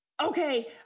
Okay